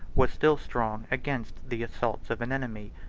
was still strong against the assaults of an enemy.